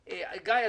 גיא,